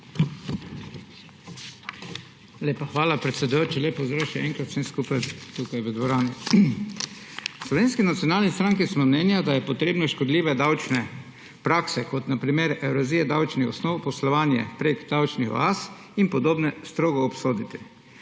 hvala, predsedujoči. Lep pozdrav še enkrat vsem skupaj tukaj v dvorani! V Slovenski nacionalni stranki smo mnenja, da je potrebno škodljive davčne prakse, kot so na primer erozije davčnih osnov, poslovanje prek davčnih oaz in podobne, strogo obsoditi.